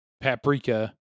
paprika